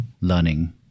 learning